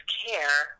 care